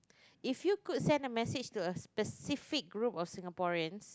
if you could send a message to a specific group of Singaporeans